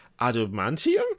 adamantium